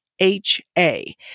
H-A